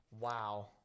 Wow